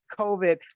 COVID